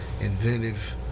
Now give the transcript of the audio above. inventive